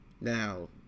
Now